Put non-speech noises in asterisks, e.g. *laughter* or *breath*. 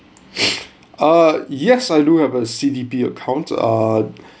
*breath* ah yes I do have a C_D_P account ah